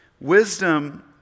Wisdom